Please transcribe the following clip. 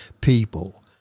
people